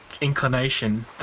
inclination